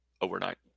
overnight